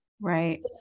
right